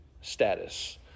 status